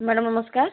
madam ନମସ୍କାର